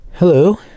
Hello